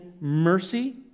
mercy